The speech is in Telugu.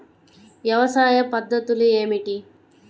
వ్యవసాయ పద్ధతులు ఏమిటి?